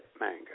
mango